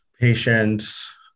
patients